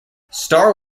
starr